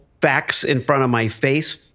facts-in-front-of-my-face